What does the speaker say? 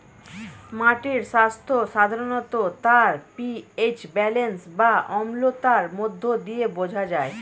মাটির স্বাস্থ্য সাধারণত তার পি.এইচ ব্যালেন্স বা অম্লতার মধ্য দিয়ে বোঝা যায়